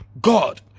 God